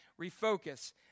refocus